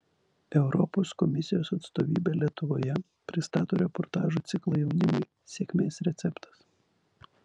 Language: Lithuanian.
europos komisijos atstovybė lietuvoje pristato reportažų ciklą jaunimui sėkmės receptas